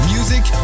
Music